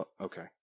Okay